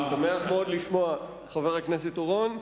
אני שמח מאוד לשמוע, חבר הכנסת אורון.